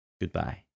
Goodbye